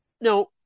Now